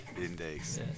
index